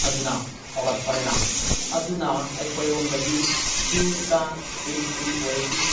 ꯑꯗꯨꯅ ꯍꯧꯔꯛꯄꯅꯤꯅ ꯑꯗꯨꯅ ꯑꯩꯈꯣꯏꯔꯣꯝꯗꯗꯤ ꯇꯤꯟ ꯀꯥꯡ ꯀꯔꯤ ꯀꯔꯤ ꯑꯣꯏꯔꯁꯨ